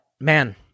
man